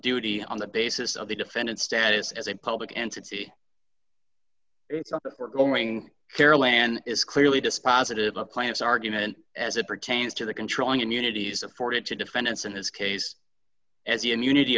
duty on the basis of the defendant's status as a public entity or going carolan is clearly dispositive of plants argument as it pertains to the controlling immunities afforded to defendants in his case as the immunity